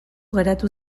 geratu